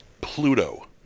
Pluto